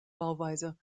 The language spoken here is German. bauweise